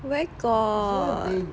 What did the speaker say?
where got